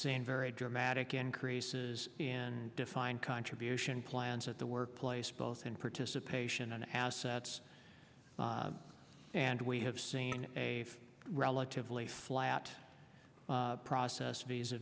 seen very dramatic increases in defined contribution plans at the workplace both in participation on assets and we have seen a relatively flat process visa